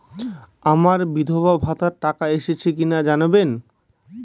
আমার বিধবাভাতার টাকা এসেছে কিনা জানাবেন?